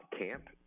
camp